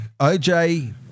OJ